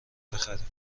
بخریم